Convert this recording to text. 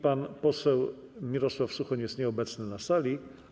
Pan poseł Mirosław Suchoń jest nieobecny na sali.